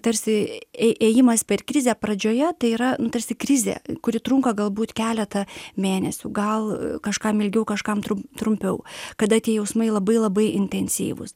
tarsi ėjimas per krizę pradžioje tai yra nu tarsi krizė kuri trunka galbūt keletą mėnesių gal kažkam ilgiau kažkam trumpiau kada tie jausmai labai labai intensyvūs